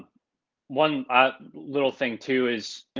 one little thing too is,